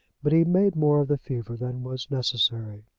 but he made more of the fever than was necessary.